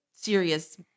serious